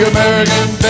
American